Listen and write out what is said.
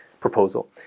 proposal